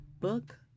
Book